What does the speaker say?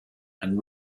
and